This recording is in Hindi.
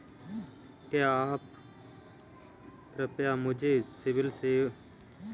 क्या आप कृपया मुझे सिबिल स्कोर के बारे में बता सकते हैं?